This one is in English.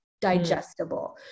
digestible